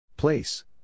Place